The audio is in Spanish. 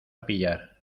pillar